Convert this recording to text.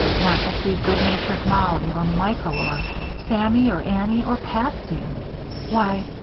not to see good-natured mollie, or michael or sammy or annie or patsy why,